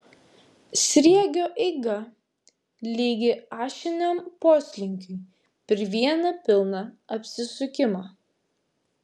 sriegio eiga lygi ašiniam poslinkiui per vieną pilną apsisukimą